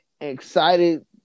excited